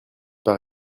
pas